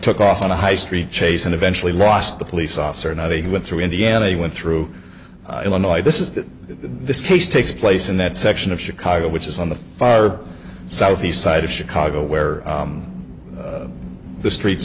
took off on a high street chase and eventually lost the police officer not the one through indiana he went through illinois this is that this case takes place in that section of chicago which is on the far south east side of chicago where the streets